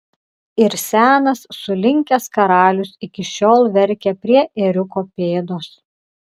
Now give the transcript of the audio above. ir senas sulinkęs karalius iki šiol verkia prie ėriuko pėdos